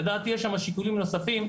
לדעתי יש שם שיקולים נוספים,